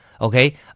Okay